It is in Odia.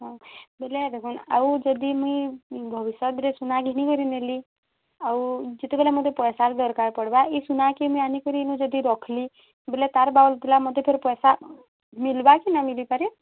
ହଁ ବେଲେ ଦେଖୁନ୍ ଆଉ ଯଦି ମୁଇଁ ଭଲ୍ ହିସାବରେ ସୁନା ଘେନି କରିନେଲି ଆଉ ଯେତେବେଲେ ମୋତେ ପଇସା ଦରକାର୍ ପଡ଼ବା ଏଇ ସୁନା କେ ମୁଇଁ ଆନି କରି ମୁଇଁ ଯଦି ରଖ୍ଲି ବେଲେ ତା'ର୍ ବାବଦଲା ମୋତେ ଥରେ ପଇସା ମିଲ୍ବା କି ନା ମିଲିପାରି